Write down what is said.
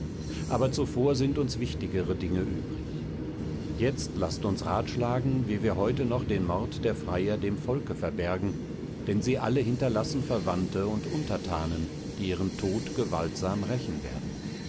aber zuvor sind uns wichtigere dinge übrig jetzt laßt uns ratschlagen wie wir heute noch den mord der freier dem volke verbergen denn sie alle hinterlassen verwandte und unterthanen die ihren tod gewaltsam rächen werden